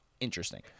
Interesting